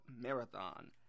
Marathon